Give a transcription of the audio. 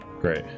Great